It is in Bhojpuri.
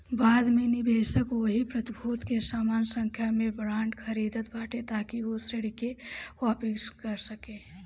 बाद में निवेशक ओही प्रतिभूति के समान संख्या में बांड खरीदत बाटे ताकि उ ऋण के वापिस कर सके